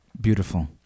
Beautiful